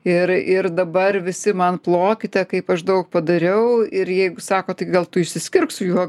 ir ir dabar visi man plokite kaip aš daug padariau ir jeigu sako tai gal tu išsiskirk su juo